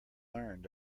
learned